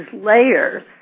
layers